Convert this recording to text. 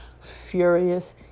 furious